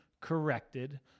corrected